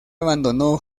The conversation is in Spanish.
abandonó